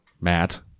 Matt